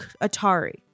Atari